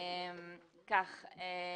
30א(1).